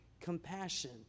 compassion